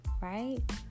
right